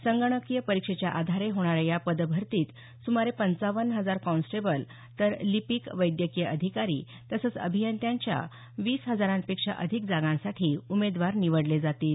संगणकीय परीक्षेच्या आधारे होणाऱ्या या पदभरतीत सुमारे पंचावन्न हजार कॉन्स्टेबल तर लिपिक वैद्यकीय अधिकारी तसंच अभियंत्यांच्या वीस हजारांपेक्षा अधिक जागांसाठी उमेदवार निवडले जातील